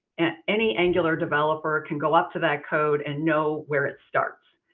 and any angular developer can go up to that code and know where it starts.